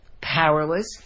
powerless